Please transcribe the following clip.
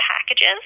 packages